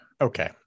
Okay